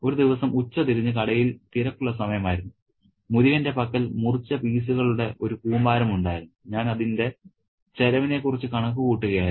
ഒരു ദിവസം ഉച്ചതിരിഞ്ഞ് കടയിൽ തിരക്കുള്ള സമയമായിരുന്നു മുരുകന്റെ പക്കൽ മുറിച്ച പീസുകളുടെ ഒരു കൂമ്പാരം ഉണ്ടായിരുന്നു ഞാൻ അതിന്റെ ചെലവിനെ കുറിച്ച് കണക്ക് കൂട്ടുകയായിരുന്നു